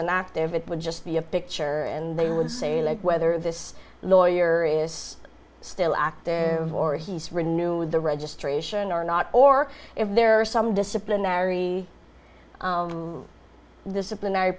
an active it would just be a picture and they would say like whether this lawyer is still active or he's renewed the registration or not or if there are some disciplinary